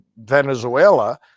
Venezuela